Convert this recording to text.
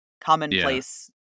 commonplace